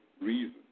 reason